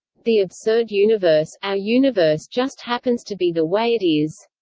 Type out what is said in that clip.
the absurd universe our universe just happens to be the way it is.